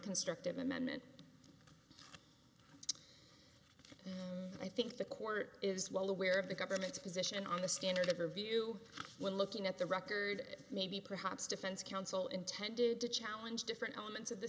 constructive amendment i think the court is well aware of the government's position on the standard of her view when looking at the record it may be perhaps defense counsel intended to challenge different elements of the